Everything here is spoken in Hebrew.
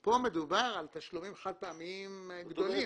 פה מדובר על תשלומים חד פעמיים גדולים.